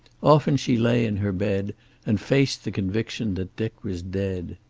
often she lay in her bed and faced the conviction that dick was dead.